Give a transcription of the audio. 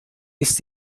ist